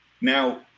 Now